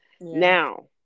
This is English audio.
now